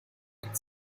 could